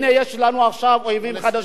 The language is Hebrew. הנה, יש לנו עכשיו אויבים חדשים.